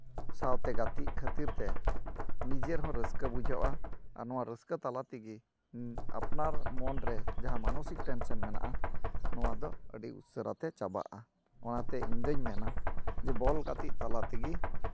ᱥᱟᱶᱛᱮ ᱜᱟᱛᱮ ᱠᱷᱟᱹᱛᱤᱨ ᱛᱮ ᱱᱤᱡᱮᱨ ᱦᱚᱸ ᱨᱟᱹᱥᱠᱟᱹ ᱵᱩᱡᱷᱟᱹᱜᱼᱟ ᱟᱨ ᱱᱚᱣᱟ ᱨᱟᱹᱥᱠᱟᱹ ᱛᱟᱞᱟ ᱛᱮᱜᱮ ᱟᱯᱱᱟᱨ ᱢᱚᱱᱨᱮ ᱡᱟᱦᱟᱸ ᱢᱟᱱᱚᱥᱤᱠ ᱴᱮᱱᱥᱮᱱ ᱢᱮᱱᱟᱜᱼᱟ ᱱᱚᱣᱟᱫᱚ ᱟᱹᱰᱤ ᱩᱥᱟᱹᱨᱟ ᱛᱮ ᱪᱟᱵᱟᱜᱼᱟ ᱚᱱᱟᱛᱮ ᱤᱧᱫᱩᱧ ᱢᱮᱱᱟ ᱡᱮ ᱵᱚᱞ ᱜᱟᱛᱮ ᱛᱟᱞᱟ ᱛᱮᱜᱮ